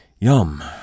Yum